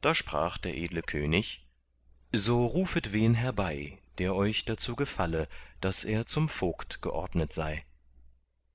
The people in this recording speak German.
da sprach der edle könig so rufet wen herbei der euch dazu gefalle daß er zum vogt geordnet sei